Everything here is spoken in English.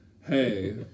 Hey